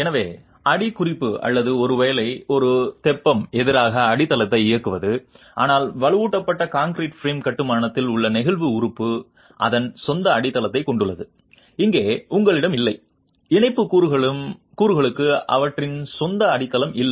எனவே அடிக்குறிப்பு அல்லது ஒருவேளை ஒரு தெப்பம் எதிராக அடித்தளத்தை இயக்குவது ஆனால் வலுவூட்டப்பட்ட கான்கிரீட் பிரேம் கட்டுமானத்தில் உள்ள நெகிழ்வு உறுப்பு அதன் சொந்த அடித்தளத்தைக் கொண்டுள்ளது இங்கே உங்களிடம் இல்லை இணைப்பு கூறுகளுக்கு அவற்றின் சொந்த அடித்தளம் இல்லை